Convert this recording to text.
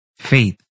faith